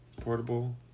Portable